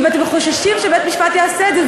אם אתם חוששים שבית-משפט יעשה את זה,